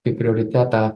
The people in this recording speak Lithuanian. kaip prioritetą